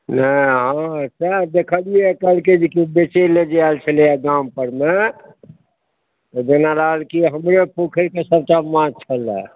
नहि हँ सएह देखलियै हे कहलकै जे कि बेचय लेल जे आयल छलैए गाम परमे ओ जेना लागल कि हमरे पोखरिके सभटा माछ छलए